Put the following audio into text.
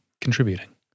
Contributing